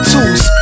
Tools